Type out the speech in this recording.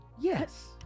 Yes